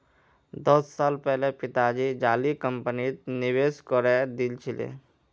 दस साल पहले पिताजी जाली कंपनीत निवेश करे दिल छिले